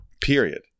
Period